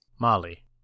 Molly